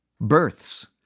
Births